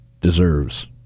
deserves